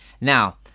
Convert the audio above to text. Now